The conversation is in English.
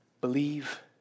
Believe